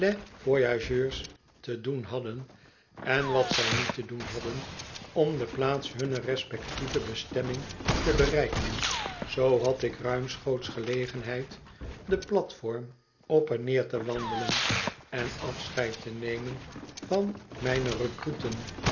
voyageurs te doen hadden en wat zij niet te doen hadden om de plaats hunner respectieve bestemming te bereiken zoo had ik ruimschoots gelegenheid den platform op en neer te wandelen en afscheid te nemen van mijne recruten